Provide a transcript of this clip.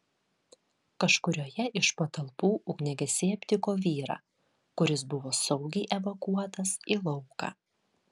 kažkurioje iš patalpų ugniagesiai aptiko vyrą kuris buvo saugiai evakuotas į lauką